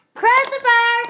Christopher